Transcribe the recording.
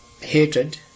hatred